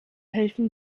helfen